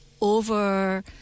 over